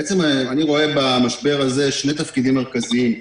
אני רואה במשבר הזה שני תפקידים מרכזיים: